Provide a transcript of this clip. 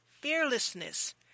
fearlessness